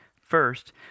First